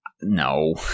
no